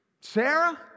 Sarah